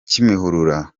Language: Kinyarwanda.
kimihurura